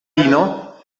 ino